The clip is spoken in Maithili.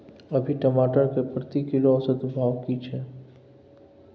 अभी टमाटर के प्रति किलो औसत भाव की छै?